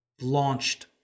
launched